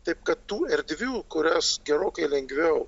taip kad tų erdvių kurias gerokai lengviau